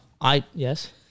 I—yes